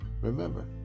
remember